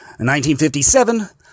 1957